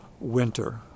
winter